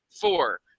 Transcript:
four